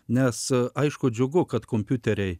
nes aišku džiugu kad kompiuteriai